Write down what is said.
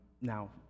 Now